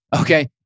okay